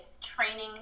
training